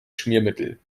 schmiermittel